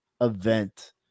event